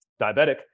diabetic